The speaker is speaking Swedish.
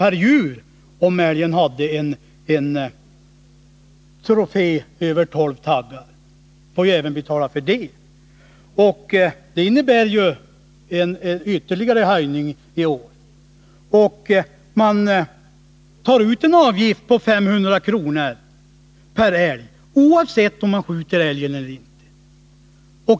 per djur, om det gällde en älg med trofé över tolv taggar — man får betala även för den. I år kommer en ytterligare höjning. Man tar ut en avgift på mellan 400 och 500 kr. per älg, oavsett om älgen skjuts eller inte.